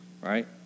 right